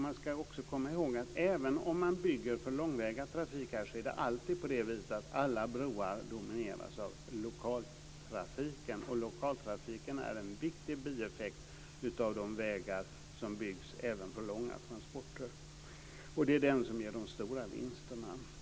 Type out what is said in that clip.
Man ska också komma ihåg att även om man bygger för långväga trafik är det alltid på det sättet att alla broar domineras av lokaltrafiken. Lokaltrafiken är en viktig bieffekt av de vägar som byggs även för långa transporter. Det är den som ger de stora vinsterna.